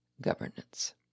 governance